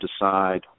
decide